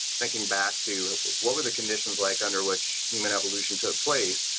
thinking back to what were the conditions like under which human evolution took place.